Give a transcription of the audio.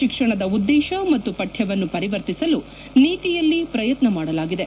ಶಿಕ್ಷಣದ ಉದ್ದೇಶ ಮತ್ತು ಪಠ್ಲವನ್ನು ಪರಿವರ್ತಿಸಲು ನೀತಿಯಲ್ಲಿ ಪ್ರಯತ್ನ ಮಾಡಲಾಗಿದೆ